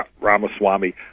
Ramaswamy